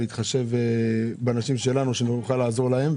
להתחשב בנשים שלנו שנוכל לעזור להן,